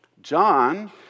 John